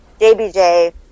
JBJ